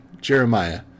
Jeremiah